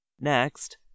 Next